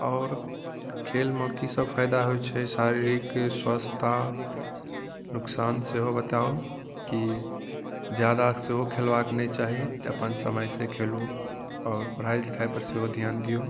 आओर खेलमे की सब फायदा होइत छै शारीरिक स्वस्थता नुकसान सेहो बताउ कि जादा सेहो खेलबाके नहि चाही एकटा अपन समय से खेलू आओर पढ़ाइ लिखाइ पर सेहो ध्यान दिऔ